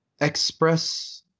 express